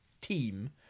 team